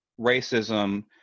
racism